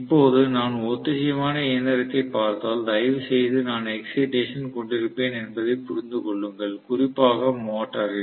இப்போது நான் ஒத்திசைவான இயந்திரத்தைப் பார்த்தால் தயவுசெய்து நான் எக்ஸைடேசன் கொண்டிருப்பேன் என்பதை புரிந்து கொள்ளுங்கள் குறிப்பாக மோட்டரில்